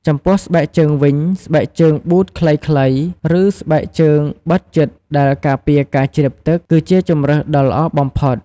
ចំពោះស្បែកជើងវិញ ស្បែកជើងប៊ូតខ្លីៗ ឬ ស្បែកជើងបិទជិតដែលការពារការជ្រាបទឹក គឺជាជម្រើសដ៏ល្អបំផុត។